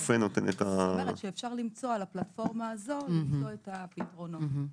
אפשר למצוא על הפלטפורמה הזאת את הפתרונות.